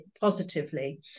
positively